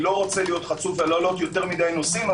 אני לא רוצה להיות חצוף ולהעלות יותר מדי נושאים.